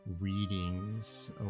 readings